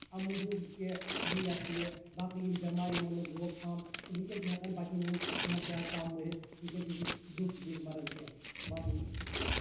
اَمہِ موٗجوٗب کہِ یہِ سا یہِ باقٕے یِم بیٚمارِ یِمن لوٚگ روک تھام تہٕ ؤنٛکیٚن چھُ ہیٚکان بَچن ہُنٛد میقدار کَم مٔرتھ وُنٛکیٚن چھُ زیٹھ زیٹھ مَران کیٚنٛہہ باقٕے شُکرِیا